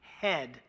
head